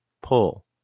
pull